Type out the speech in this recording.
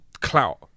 clout